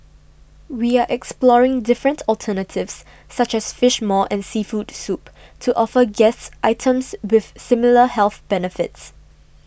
we are exploring different alternatives such as Fish Maw and seafood soup to offer guests items with similar health benefits